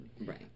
right